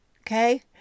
Okay